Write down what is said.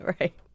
Right